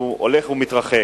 שהולך ומתרחק.